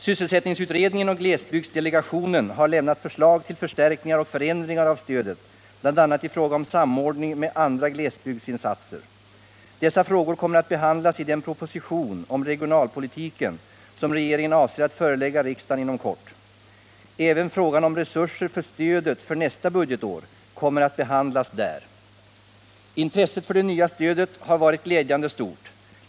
Sysselsättningsutredningen och glesbygdsdelegationen har lämnat förslag till förstärkningar och förändringar av stödet bl.a. i fråga om samordning med andra glesbygdsinsatser. Dessa frågor kommer att behandlas i den proposi tion om regionalpolitiken som regeringen avser att förelägga riksdagen inom kort. Även frågan om resurserna för stödet för nästa budgetår kommer att behandlas där. Intresset för det nya stödet har varit glädjande stort.